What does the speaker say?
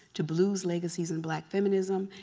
to blues legacies and black feminism.